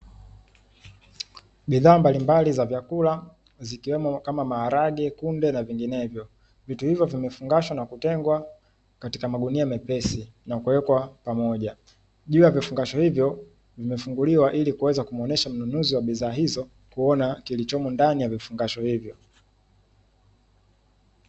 Bidhaa mbalimbali za vyakula zikiwemo kama maharage, kunde na vinginevyo vitu hivyo vimefungashwa na kutengwa katika magunia mepesi na kuwekwa pamoja, juu ya vifungashio hivyo vimefunguliwa ilikuweza kumuonyesha mnunuzi bidhaa hizo kuona kilicho humo ndani ya vifungashio hivyo.